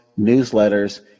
newsletters